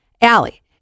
Allie